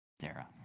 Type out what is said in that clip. Sarah